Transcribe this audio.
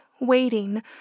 waiting